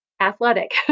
athletic